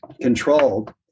controlled